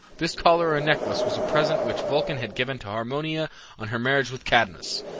this collar or necklace was a present which vulcan had given to harmonia on her marriage with cadmus,